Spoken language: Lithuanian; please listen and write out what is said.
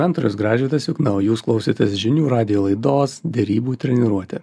mentorius gražvydas jukna o jūs klausėtės žinių radijo laidos derybų treniruotę